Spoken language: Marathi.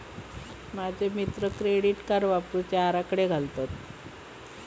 माझे मित्र क्रेडिट कार्ड वापरुचे आराखडे घालतत